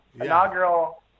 inaugural